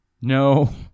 No